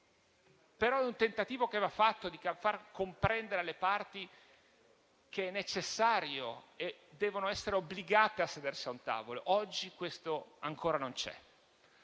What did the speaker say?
ma è un tentativo, che va fatto, quello di far comprendere alle parti che è necessario e che devono essere obbligate a sedersi a un tavolo. Oggi questo ancora non c'è.